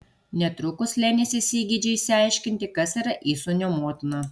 netrukus lenis įsigeidžia išsiaiškinti kas yra įsūnio motina